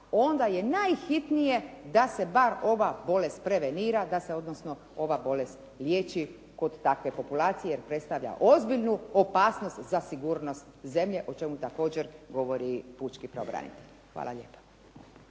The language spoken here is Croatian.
onda je najhitnije da se bar ova bolest prevenira, da se ova bolest liječi kod takve populacije jer predstavlja ozbiljnu opasnost za sigurnost zemlje, o čemu također govori pučki pravobranitelj. Hvala lijepa.